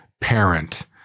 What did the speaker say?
parent